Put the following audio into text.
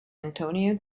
antonio